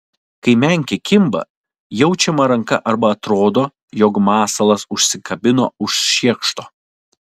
kai menkė kimba jaučiama ranka arba atrodo jog masalas užsikabino už šiekšto